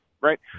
right